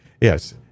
Yes